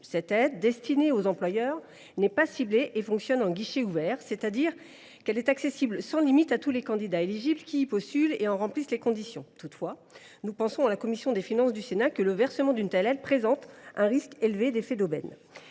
Cette aide, destinée aux employeurs, n’est pas ciblée et fonctionne en guichet ouvert, c’est à dire qu’elle est accessible sans limite à tous les candidats éligibles qui y postulent et en remplissent les conditions. Toutefois, la commission des finances du Sénat considère que le versement d’une telle aide présente un risque élevé d’effet d’aubaine.